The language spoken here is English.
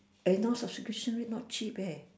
and you know subscription rate not cheap eh